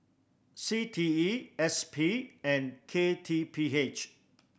C T E S P and K T P H